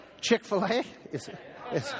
Chick-fil-A